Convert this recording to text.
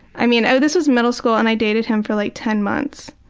i mean this was middle school and i dated him for like ten months.